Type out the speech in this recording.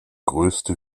größte